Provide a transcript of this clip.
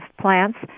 plants